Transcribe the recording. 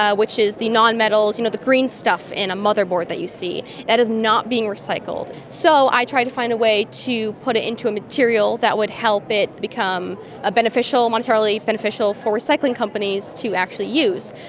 ah which is the non-metals, you know the green stuff in a motherboard that you see, that is not being recycled. so i tried to find a way to put it into a material that would help it become ah monetarily beneficial for recycling companies to actually use.